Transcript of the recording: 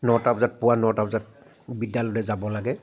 নটা বজাত পুৱা নটা বজাত বিদ্যালয়লৈ যাব লাগে